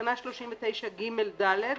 בתקנה 39ג(ד),